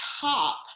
top